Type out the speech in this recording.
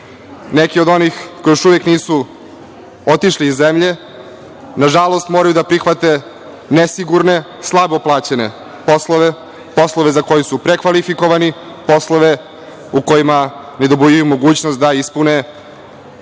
Neki od onih koji još uvek nisu otišli iz zemlje, nažalost moraju da prihvate nesigurne, slabo plaćene poslove, poslove za koje su prekvalifikovani, poslove u kojima ne dobijaju mogućnost da ispune